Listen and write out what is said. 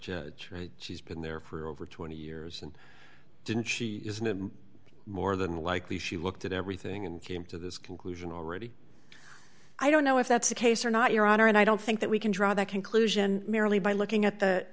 judge she's been there for over twenty years and didn't she isn't more than likely she looked at everything and came to this conclusion already i don't know if that's the case or not your honor and i don't think that we can draw that conclusion merely by looking at th